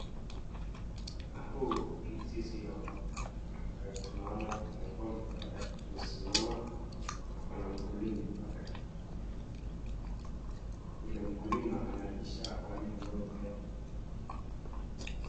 Huu ni zizi ya ng'ombe ambayo tunaona kuna ng'ombe pale kusimama na kuna mkulima pale. Yule mkulima analisha wale ng'ombe.